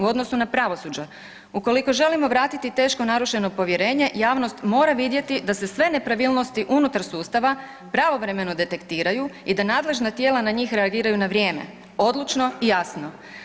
U odnosu na pravosuđe, ukoliko želimo vratiti teško narušeno povjerenje javnost mora vidjeti da se sve nepravilnosti unutar sustava pravovremeno detektiraju i da nadležna tijela na njih reagiraju na vrijeme, odlučno i jasno.